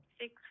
Six